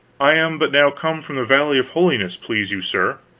i am but now come from the valley of holiness, please you sir.